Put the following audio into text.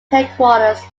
headquarters